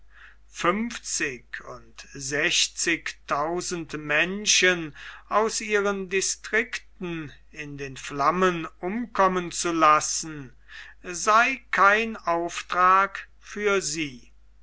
fünfzig und menschen aus ihren distrikten in den flammen umkommen zu lassen sei kein auftrag für sie